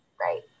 Right